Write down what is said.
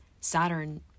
Saturn